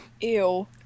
ew